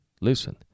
Listen